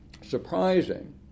surprising